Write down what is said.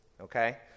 Okay